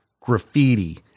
graffiti